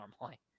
normally